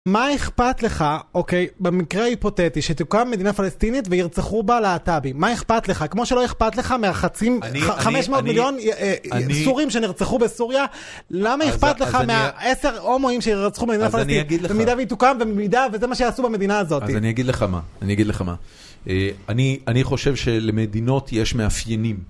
מה אכפת לך, אוקיי, במקרה ההיפותטי, שתוקם מדינה פלסטינית וירצחו בה להטבים? מה אכפת לך? כמו שלא אכפת לך מהחצים, חמש מאות מיליון סורים שנרצחו בסוריה? למה אכפת לך מהעשר הומואים שירצחו מדינה פלסטינית? במידה שהתוקם ובמידה... וזה מה שיעשו במדינה הזאת. אז אני אגיד לך מה. אני אגיד לך מה. אני חושב שלמדינות יש מאפיינים.